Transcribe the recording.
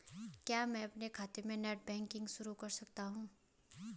क्या मैं अपने खाते में नेट बैंकिंग शुरू कर सकता हूँ?